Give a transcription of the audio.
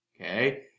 okay